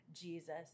Jesus